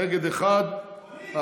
נגד, אחד.